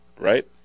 right